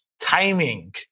timing